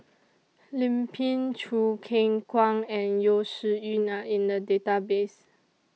Lim Pin Choo Keng Kwang and Yeo Shih Yun Are in The Database